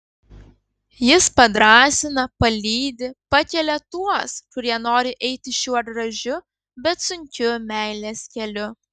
jis padrąsina palydi pakelia tuos kurie nori eiti šiuo gražiu bet sunkiu meilės keliu